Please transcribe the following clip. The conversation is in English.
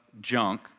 junk